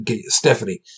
Stephanie